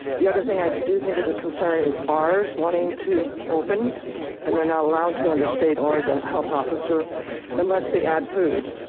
the other thing i do think is a concern is bars wanting to open and they're not allowed to under state or the health officer unless they add food.